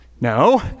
No